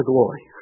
glory